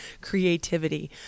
creativity